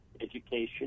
education